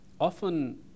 often